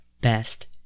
best